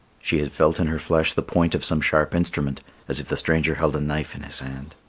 she had felt in her flesh the point of some sharp instrument as if the stranger held a knife in his hand.